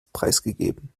preisgegeben